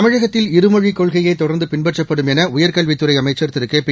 தமிழகத்தில் இருமொழிக் கொள்கையே தொடர்ந்து பின்பற்றப்படும் என உயர்கல்வித் துறை அமைச்சர் திரு கேபி